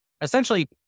Essentially